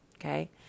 Okay